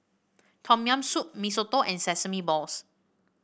Tom Yam Soup Mee Soto and Sesame Balls